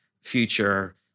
future